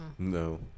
No